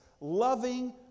loving